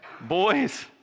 Boys